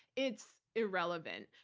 it's irrelevant.